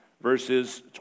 verses